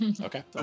Okay